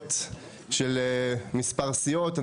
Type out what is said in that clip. הסתייגויות של מספר סיעות.